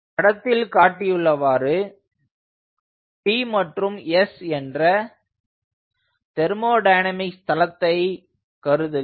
படத்தில் காட்டியுள்ளவாறு T மற்றும் s என்ற தெர்மோடைனமிக்ஸ் தளத்தை கருதுக